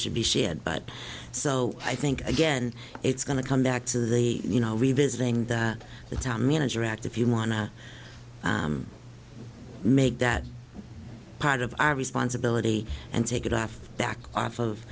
should be shared but so i think again it's going to come back to the you know revisiting that time manager act if you want to make that part of our responsibility and take it off back off of